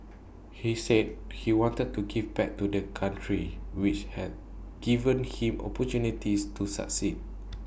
he said he wanted to give back to the country which had given him opportunities to succeed